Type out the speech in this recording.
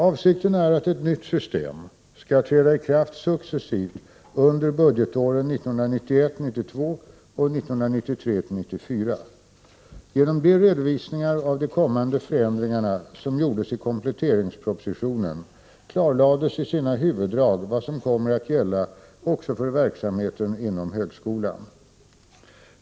Avsikten är att ett nytt system skall träda i kraft successivt under budgetåren 1991 94. Genom de redovisningar av de kommande förändringarna som gjordes i kompletteringspropositionen klarlades i sina huvuddrag vad som kommer att gälla också för verksamheten inom högskolan.